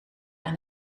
aan